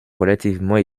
relativement